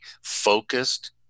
focused